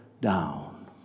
down